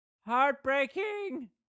Heartbreaking